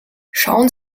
schauen